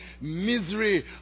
misery